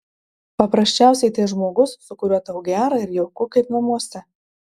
paprasčiausiai tai žmogus su kuriuo tau gera ir jauku kaip namuose